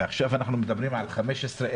ועכשיו אנחנו מדברים על 15,000,